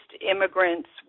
immigrants